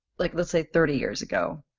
like let's say thirty years ago